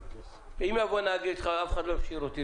אם יבוא נהג ויגיד אף אחד לא הכשיר אותי,